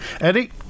Eddie